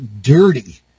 dirty